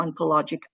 oncologic